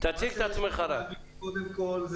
אני